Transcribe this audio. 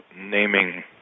naming